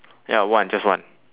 ya one just one